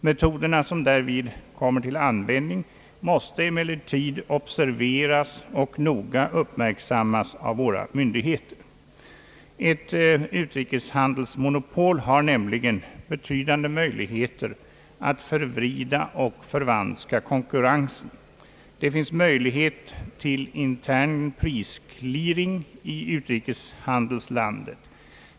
Metoderna som därvid kommer till användning måste emellertid observeras och noga uppmärksammas av våra myndigheter. Ett utrikeshandelsmonopol har nämligen betydande möjligheter att förvrida och förvanska konkurrensen. Det finns möjlighet till intern prisclearing i statshandelslandet.